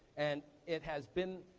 and it has been,